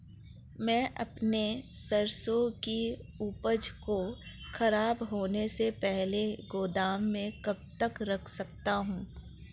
मैं अपनी सरसों की उपज को खराब होने से पहले गोदाम में कब तक रख सकता हूँ?